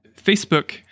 Facebook